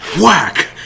whack